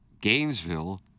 Gainesville